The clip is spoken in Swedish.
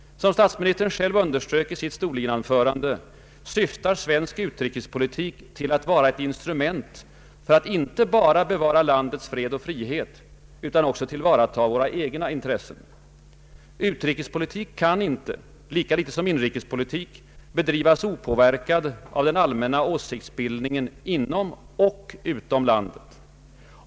Som statsministern själv underströk i sitt Storlienanförande, syftar svensk utrikespolitik till att vara ett instrument för att inte bara bevara landets fred och frihet utan också tillvarata våra egna intressen. Utrikespolitik kan inte — lika litet som inrikespolitik — bedrivas opåverkad av den allmänna åsiktsbildningen inom och utom landet.